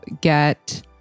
get